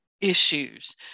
issues